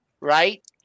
right